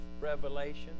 revelation